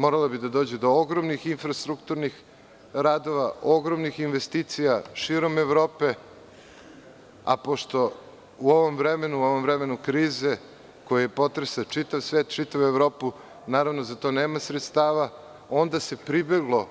Moralo bi da dođe do ogromnih infrastrukturnih radova, ogromnih investicija Evrope, a pošto u ovom vremenu krize koje potresa čitav svet, čitavu Evropu za to nema sredstava onda se pribeglo